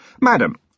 Madam